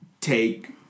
take